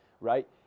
right